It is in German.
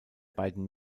beiden